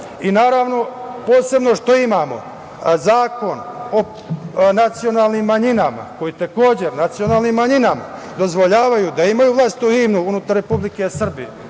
posebno što imamo Zakon o nacionalnim manjima, koji takođe nacionalnim manjinama dozvoljava da imaju vlastitu himnu unutar Republike Srbije,